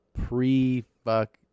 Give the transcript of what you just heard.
pre-fuck